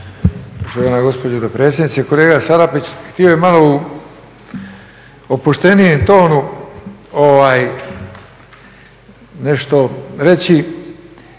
Štovana gospođo dopredsjednice. Kolega Salapić htio bih malo u opuštenijem tonu nešto reći.